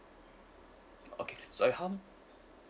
okay so and how